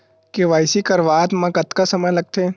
KYC करवात म कतका समय लगथे?